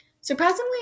surprisingly